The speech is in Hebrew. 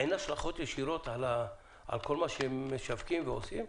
אין השלכות ישירות על כל מה שהם משווקים ועושים?